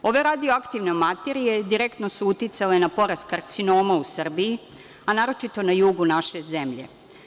Ove radioaktivne materije direktno su uticale na porast karcinoma u Srbiji, a naročito na jugu naše zemlje.